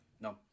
No